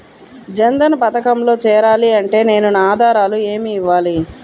జన్ధన్ పథకంలో చేరాలి అంటే నేను నా ఆధారాలు ఏమి ఇవ్వాలి?